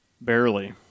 Barely